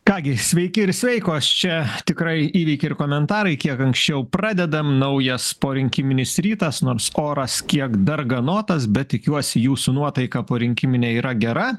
ką gi sveiki ir sveikos čia tikrai įveikė ir komentarai kiek anksčiau pradedam naujas porinkiminis rytas nors oras kiek darganotas bet tikiuosi jūsų nuotaika porinkiminė yra gera